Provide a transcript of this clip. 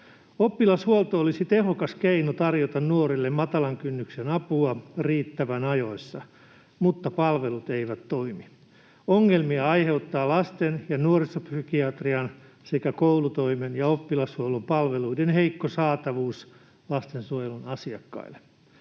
Oppilashuolto olisi tehokas keino tarjota nuorille matalan kynnyksen apua riittävän ajoissa, mutta palvelut eivät toimi. Ongelmia aiheuttaa lasten ja nuorisopsykiatrian sekä koulutoimen ja oppilashuollon palveluiden heikko saatavuus lastensuojelun asiakkaille.